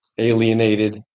Alienated